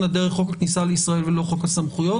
דרך חוק הכניסה לישראל ולא חוק הסמכויות.